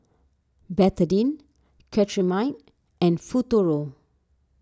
Betadine Cetrimide and Futuro